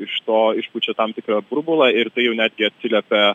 iš to išpučia tam tikrą burbulą ir tai jau netgi atsiliepia